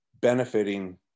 benefiting